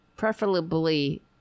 Preferably